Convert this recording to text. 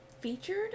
featured